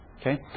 Okay